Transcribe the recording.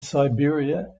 siberia